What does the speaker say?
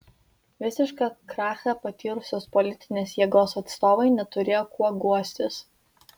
visišką krachą patyrusios politinės jėgos atstovai neturėjo kuo guostis